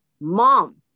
Mom